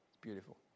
beautiful